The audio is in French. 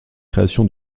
création